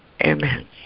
amen